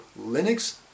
Linux